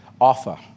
offer